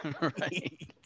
right